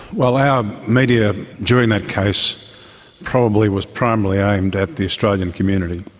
well, our media during that case probably was primarily aimed at the australian community.